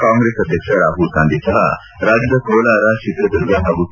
ಕಾಂಗ್ರೆಸ್ ಅಧ್ಯಕ್ಷ ರಾಹುಲ್ ಗಾಂಧಿ ಸಹ ರಾಜ್ಲದ ಕೋಲಾರ ಚಿತ್ರದುರ್ಗ ಹಾಗೂ ಕೆ